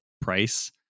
price